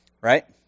right